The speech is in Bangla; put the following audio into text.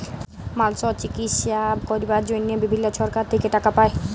মালসর চিকিশসা ক্যরবার জনহে বিভিল্ল্য সরকার থেক্যে টাকা পায়